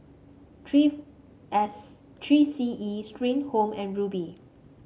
Three S Three C E Spring Home and Rubi